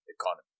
economy